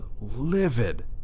livid